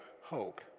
hope